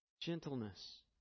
gentleness